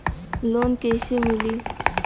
Loan कइसे मिलि?